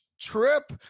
trip